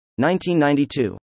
1992